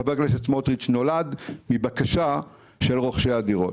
חבר הכנסת סמוטריץ', נולד מבקשה של רוכשי הדירות.